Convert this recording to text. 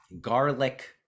garlic